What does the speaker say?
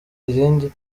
irindi